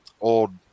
old